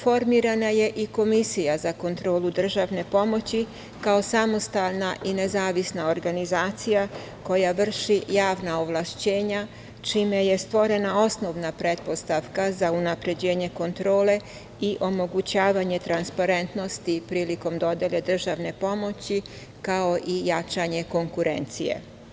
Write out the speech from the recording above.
Formirana je i Komisija za kontrolu državne pomoći, kao samostalna i nezavisna organizacija koja vrši javna ovlašćenja, čime je stvorena osnovna pretpostavka za unapređenje kontrole i omogućavanje transparentnosti prilikom dodele državne pomoći, kao i jačanje konkurencije.